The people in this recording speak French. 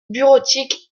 bureautique